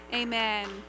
amen